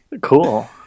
Cool